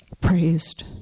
praised